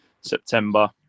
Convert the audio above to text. September